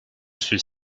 suis